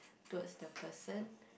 towards the person